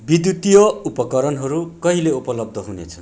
विधुतिय उपकरणहरू कहिले उपलब्ध हुनेछन्